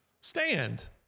stand